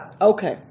Okay